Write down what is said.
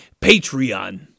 Patreon